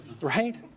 Right